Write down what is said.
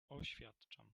oświadczam